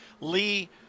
Lee